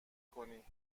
کنی